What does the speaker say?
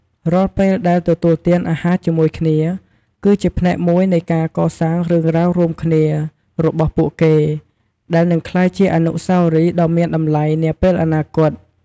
រាល់ពេលដែលទទួលទានអាហារជាមួយគ្នា គឺជាផ្នែកមួយនៃការកសាងរឿងរ៉ាវរួមគ្នារបស់ពួកគេ ដែលនឹងក្លាយជាអនុស្សាវរីយ៍ដ៏មានតម្លៃនាពេលអនាគត។